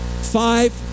Five